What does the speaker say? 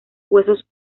huesos